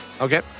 Okay